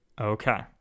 okay